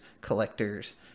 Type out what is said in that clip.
collectors